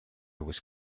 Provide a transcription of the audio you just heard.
was